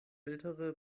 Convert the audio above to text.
ältere